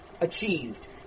achieved